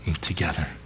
together